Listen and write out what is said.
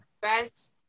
best